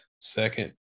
Second